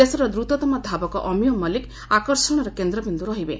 ଦେଶର ଦ୍ରତତମ ଧାବକ ଅମୀୟ ମଲ୍କିକ ଆକର୍ଷଣର କେନ୍ଦ୍ରବିଦୁ ରହିବେ